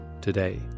today